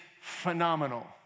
phenomenal